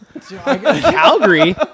Calgary